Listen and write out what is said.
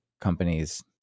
companies